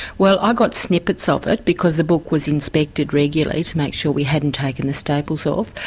well i got snippets of it. because the book was inspected regularly to make sure we hadn't taken the staples off.